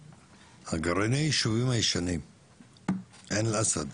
גרעיני הישובים הישנים, עין אל-אסד,